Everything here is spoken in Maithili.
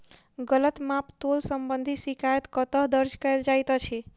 गलत माप तोल संबंधी शिकायत कतह दर्ज कैल जाइत अछि?